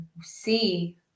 see